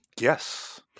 Yes